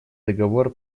договор